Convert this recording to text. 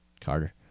Carter